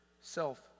self